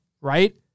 right